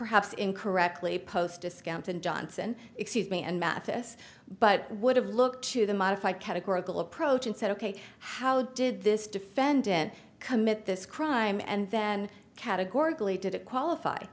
perhaps incorrectly post discounted johnson excuse me and mathis but would have looked to the modified categorical approach and said ok how did this defendant commit this crime and then categorically did it qualify